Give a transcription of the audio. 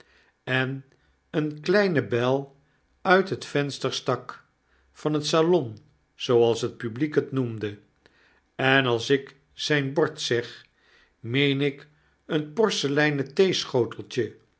en eene kleine bel uit het venster stak van het salon zooals het publiek het noemde en als ik zyn bord zeg meen ik een porseleinen